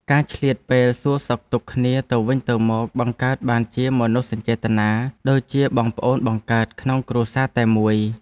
ការឆ្លៀតពេលសួរសុខទុក្ខគ្នាទៅវិញទៅមកបង្កើតបានជាមនោសញ្ចេតនាដូចជាបងប្អូនបង្កើតក្នុងគ្រួសារតែមួយ។